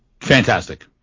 Fantastic